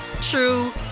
true